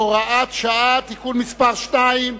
הוראת שעה) (תיקון מס' 2)